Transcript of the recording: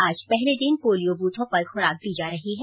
आज पहले दिन पोलियों बूथों पर खुराक दी जा रही है